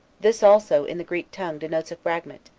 this also, in the greek tongue, denotes a fragment.